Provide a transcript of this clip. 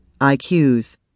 IQs